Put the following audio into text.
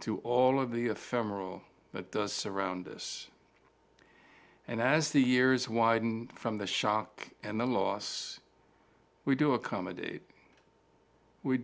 to all of the ephemeral but surround us and as the years widen from the shock and the loss we do accommodate we